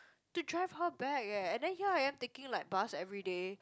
to drive her back eh and then here I'm taking like bus everyday